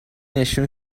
نشون